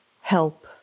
help